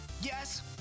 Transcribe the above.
Yes